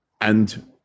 and-